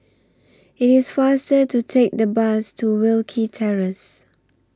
IT IS faster to Take The Bus to Wilkie Terrace